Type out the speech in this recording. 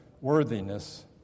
worthiness